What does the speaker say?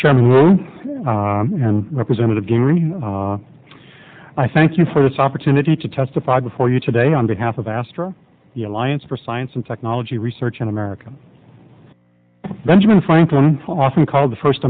chairman and representative gingrey i thank you for this opportunity to testify before you today on behalf of astra the alliance for science and technology research in america benjamin franklin often called the first